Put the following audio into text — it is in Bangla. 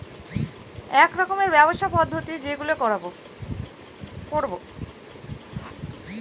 এক রকমের ব্যবসার পদ্ধতি যেইগুলো করবো